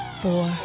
four